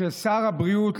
ששר הבריאות,